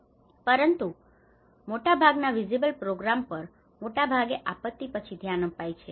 પરંતુ મોટાભાગના visible programmes પર મોટાભાગે આપત્તિ પછી ધ્યાન અપાય છે